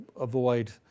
avoid